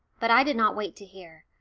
but i did not wait to hear.